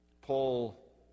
Paul